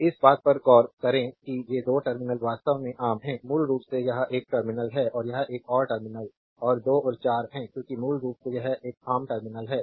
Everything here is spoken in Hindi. स्लाइड समय देखें 0112 इस बात पर गौर करें कि ये 2 टर्मिनल वास्तव में आम हैं मूल रूप से यह एक टर्मिनल है और यह एक और टर्मिनल और 2 और 4 है क्योंकि मूल रूप से यह एक आम टर्मिनल है